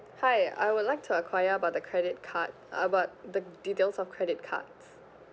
hi I would like to enquire about the credit card about the details of credit cards